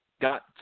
got